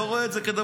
לא רואה את זה כדבר,